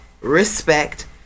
respect